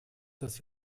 dass